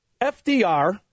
FDR